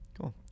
Cool